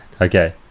Okay